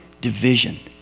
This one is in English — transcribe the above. division